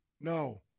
no